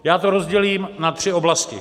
Já to rozdělím na tři oblasti.